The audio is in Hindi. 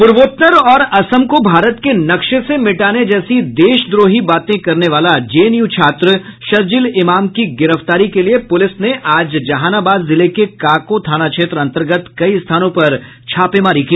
पूर्वोत्तर और असम को भारत के नक्शे से मिटाने जैसी देशद्रोही बाते करने वाला जेएनयू छात्र शर्जिल इमाम की गिरफ्तारी के लिए पुलिस ने आज जहानाबाद जिले के काको थाना क्षेत्र अंतर्गत कई स्थानों पर छापेमारी की